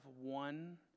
one